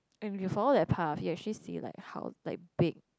and you follow that path you actually see like how like big